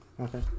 Okay